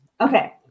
Okay